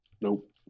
nope